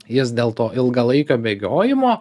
jis dėl to ilgalaikio bėgiojimo